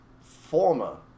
former